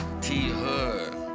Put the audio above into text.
T-Hood